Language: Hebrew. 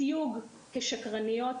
תיוג כשקרניות.